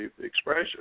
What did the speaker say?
expression